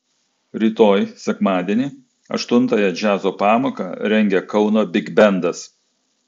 rytoj sekmadienį aštuntąją džiazo pamoką rengia kauno bigbendas